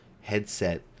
headset